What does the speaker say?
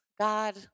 God